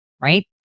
right